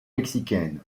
mexicaine